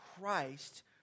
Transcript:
Christ